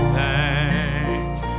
thanks